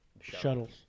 shuttles